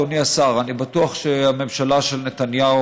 אדוני השר: אני בטוח שהממשלה של נתניהו,